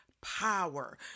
Power